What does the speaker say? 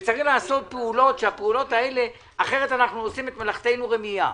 וצריך לעשות פעולות כי אחרת אנחנו עושים את מלאכתנו רמייה.